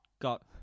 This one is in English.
got